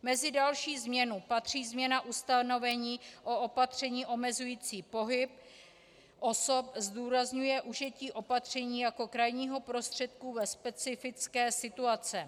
Mezi další změnu patří změna ustanovení o opatření omezujícím pohyb osob, zdůrazňuje užití opatření jako krajního prostředku ve specifické situaci.